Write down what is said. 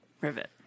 Rivet